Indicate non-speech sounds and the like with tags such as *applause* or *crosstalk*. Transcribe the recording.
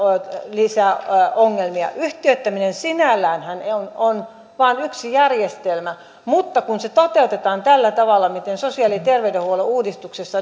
lisää ongelmia yhtiöittäminen sinälläänhän on vain yksi järjestelmä mutta kun se toteutetaan tällä tavalla miten sosiaali ja terveydenhuollon uudistuksessa *unintelligible*